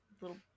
little